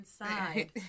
inside